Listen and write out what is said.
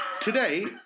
today